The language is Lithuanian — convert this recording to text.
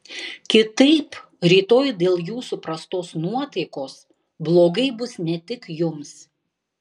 kitaip rytoj dėl jūsų prastos nuotaikos blogai bus ne tik jums